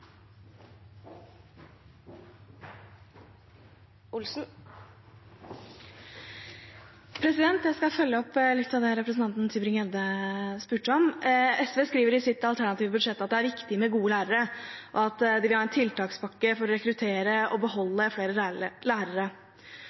Jeg skal følge opp litt av det representanten Tybring-Gjedde spurte om. SV skriver i sitt alternative budsjett at det er viktig med gode lærere, og at de vil ha en tiltakspakke for å rekruttere og beholde flere lærere.